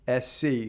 SC